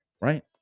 Right